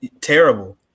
terrible